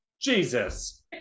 Jesus